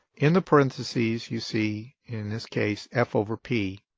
in the parentheses you see, in this case, f over p,